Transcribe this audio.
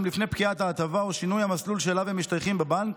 לפני פקיעת ההטבה או שינוי המסלול שאליו הם משתייכים בבנק,